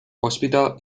hospital